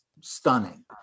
stunning